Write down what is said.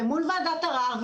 למול ועדת ערר,